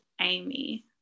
Amy